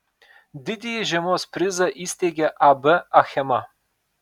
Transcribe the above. didįjį žiemos prizą įsteigė ab achema